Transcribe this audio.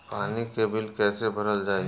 पानी के बिल कैसे भरल जाइ?